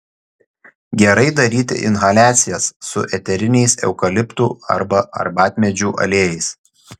gerai daryti inhaliacijas su eteriniais eukaliptų arba arbatmedžių aliejais